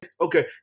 Okay